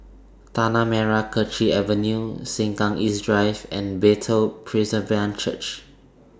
Tanah Merah Kechil Avenue Sengkang East Drive and Bethel Presbyterian Church